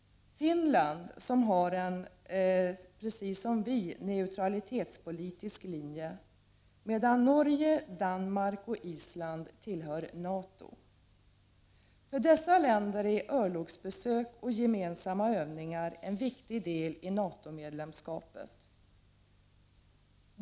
Finland har som vi en neutralitetspolitisk linje — medan Norge, Danmark och Tsland tillhör NATO. För dessa länder är örlogsbesök och gemensamma övningar en viktig del i NA TO-medlemsskapet.